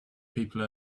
people